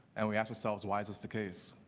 and we ask ourselves why is this the case?